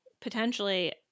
potentially